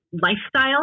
lifestyle